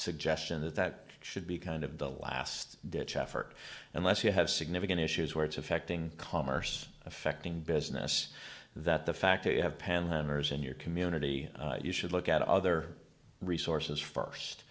suggestion that that should be kind of the last ditch effort unless you have significant issues where it's affecting commerce affecting business that the fact that you have panhandlers in your community you should look at other resources first